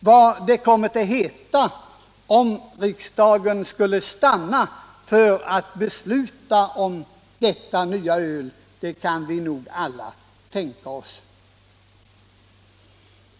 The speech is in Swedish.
Vad som kommer att sägas om riksdagen skulle stanna för att besluta införa detta nya öl, kan vi nog alla tänka oss.